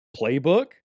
playbook